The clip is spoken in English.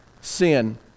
sin